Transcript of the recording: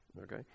Okay